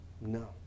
No